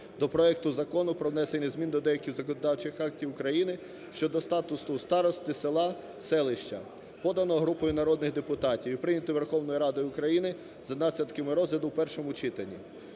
до проекту Закону про внесення змін до деяких законодавчих актів України (щодо статусу старости села, селища), поданого групою народних депутатів і прийнятого Верховною Радою України за наслідками розгляду у першому читанні.